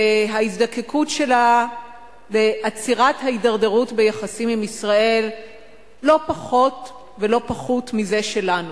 וההזדקקות שלה לעצירת ההידרדרות ביחסים עם ישראל לא פחותה מזו שלנו.